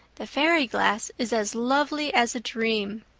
the fairy glass is as lovely as a dream.